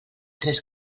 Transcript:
tres